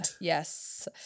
yes